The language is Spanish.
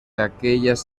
aquellas